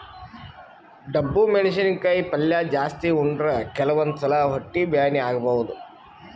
ಡಬ್ಬು ಮೆಣಸಿನಕಾಯಿ ಪಲ್ಯ ಜಾಸ್ತಿ ಉಂಡ್ರ ಕೆಲವಂದ್ ಸಲಾ ಹೊಟ್ಟಿ ಬ್ಯಾನಿ ಆಗಬಹುದ್